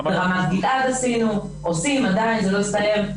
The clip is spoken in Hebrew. גם ברמת גלעד עשינו ועושים עדיין כי זה לא הסתיים.